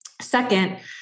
Second